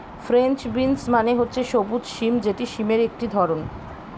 French beans মানে হচ্ছে সবুজ সিম যেটি সিমের একটি ধরণ